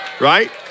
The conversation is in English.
right